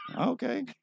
Okay